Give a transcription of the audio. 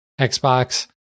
Xbox